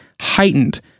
heightened